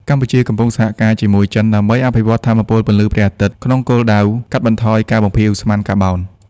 កម្ពុជាកំពុងសហការជាមួយចិនដើម្បីអភិវឌ្ឍថាមពលពន្លឺព្រះអាទិត្យ ក្នុងគោលដៅកាត់បន្ថយការបំភាយឧស្ម័នកាបូន។